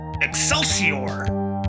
Excelsior